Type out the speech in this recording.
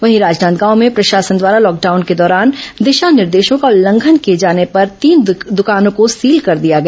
वहीं राजनांदगांव में प्रशासन द्वारा लॉकडाउन के दौरान दिशा निर्देशों का उल्लंघन किए जाने पर तीन दकानों को सील कर दिया गया